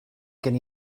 gen